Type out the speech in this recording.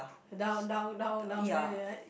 down down down down there ya